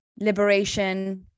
liberation